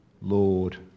Lord